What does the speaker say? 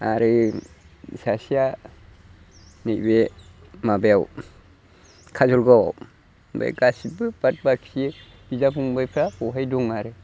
आरो सासेआ नैबे माबायाव काजलगाव आव बे गासिबो बाद बाखि बिदा फंबायफ्रा बहाय दं आरो